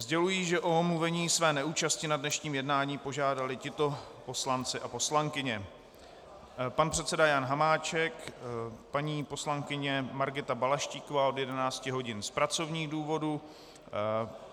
Sděluji, že o omluvení své neúčasti na dnešním jednání požádali tito poslanci a poslankyně: pan předseda Jan Hamáček, paní poslankyně Margita Balaštíková od 11 hodin z pracovních důvodů,